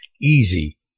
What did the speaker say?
Easy